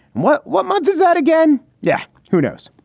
what what month is that again? yeah, who knows.